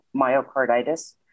myocarditis